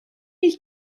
ich